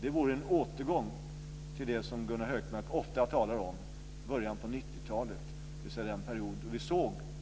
Det vore en återgång till det som Gunnar Hökmark ofta talar om, början av 90-talet, dvs. den period då vi